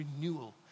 renewal